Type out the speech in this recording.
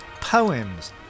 poems